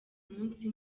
munsi